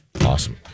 Awesome